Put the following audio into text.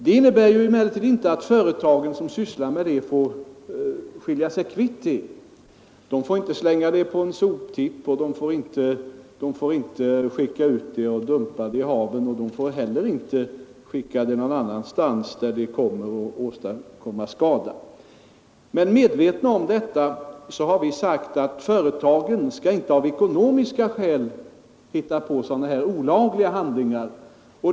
Det innebär emellertid inte att företagen får göra sig kvitt det avfallet genom att slänga det på en soptipp, dumpa det i haven eller på annat sätt göra sig av med det så att det åstadkommer skada. Medvetna om detta har vi sagt att företagen av ekonomiska skäl inte skall frestas att företa olagliga handlingar.